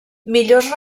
millors